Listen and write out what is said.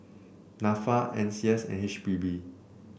NAFA N C S and H P B